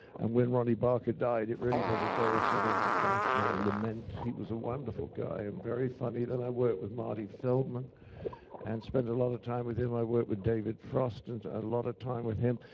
and when ronnie barker died, it really was a day of sort of national lament. he was a wonderful guy and very funny. then i worked with marty feldman and spend a lot of time with him. i worked with david frost and did a lot of time with him.